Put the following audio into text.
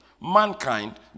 mankind